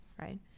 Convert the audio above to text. right